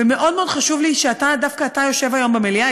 ומאוד מאוד חשוב לי שדווקא אתה יושב היום במליאה.